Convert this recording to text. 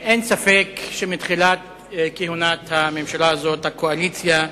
אין ספק שמתחילת כהונת הממשלה הזאת הקואליציה,